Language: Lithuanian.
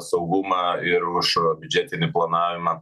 saugumą ir ruoša biudžetinį planavimą